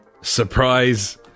surprise